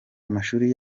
amashuri